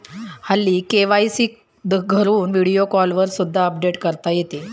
हल्ली के.वाय.सी घरून व्हिडिओ कॉलवर सुद्धा अपडेट करता येते